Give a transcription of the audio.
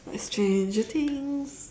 like stranger things